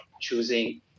choosing